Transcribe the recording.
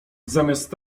zamiast